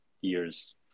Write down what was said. year's